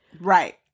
Right